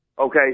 okay